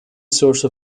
source